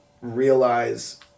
realize